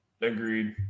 agreed